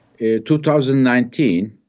2019